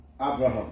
Abraham